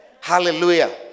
Hallelujah